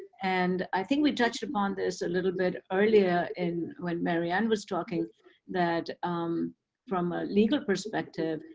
and i think we've touched upon this a little bit earlier and when marianne was talking that from a legal perspective,